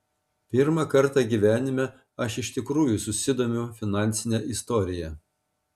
pirmą kartą gyvenime aš iš tikrųjų susidomiu finansine istorija